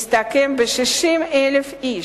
מסתכם ב-60,000 איש,